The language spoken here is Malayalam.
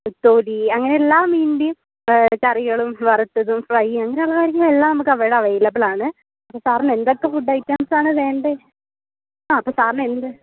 നെത്തോലി അങ്ങനെയെല്ലാ മീന്റേം ആ കറികളും വറുത്തതും ഫ്രൈയും അങ്ങനെയുള്ള എല്ലാം നമുക്കവിടെ അവൈലബിളാണ് അപ്പോൾ സാറിനെന്തൊക്കെ ഫുഡൈറ്റംസാണ് വേണ്ടതെ ആ അപ്പം സാറിന് എന്ത്